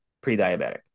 pre-diabetic